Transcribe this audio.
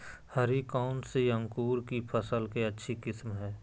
हरी कौन सी अंकुर की फसल के अच्छी किस्म है?